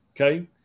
okay